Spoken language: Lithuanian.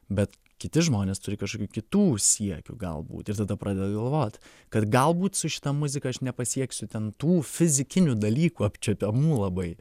bet kiti žmonės turi kažkokių kitų siekių galbūt ir tada pradėdi galvot kad galbūt su šita muzika aš nepasieksiu ten tų fizikinių dalykų apčiuopiamų labai